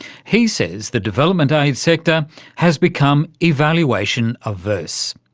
he says the development aid sector has become evaluation averse,